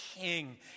king